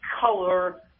color